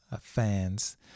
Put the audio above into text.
fans